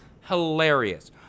hilarious